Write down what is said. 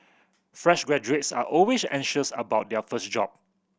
fresh graduates are always anxious about their first job